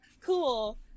cool